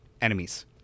enemies